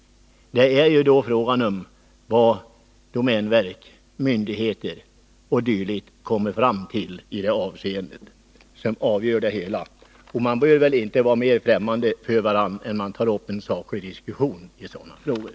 Det beror på vad domänverket och berörda myndigheter kommer fram till. Man bör inte vara mera främmande för varandra än att man kan ta upp en saklig diskussion i sådana frågor.